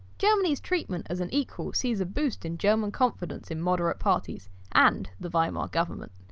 germany's treatment as an equal sees a boost in german confidence in moderate parties and the weimar government.